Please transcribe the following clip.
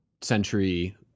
century